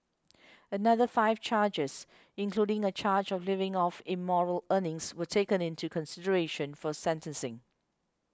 another five charges including a charge of living off immoral earnings were taken into consideration for sentencing